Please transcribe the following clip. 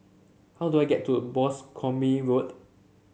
how do I get to Boscombe Road